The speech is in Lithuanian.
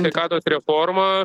sveikatos reforma